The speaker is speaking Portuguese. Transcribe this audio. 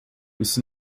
isso